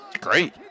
Great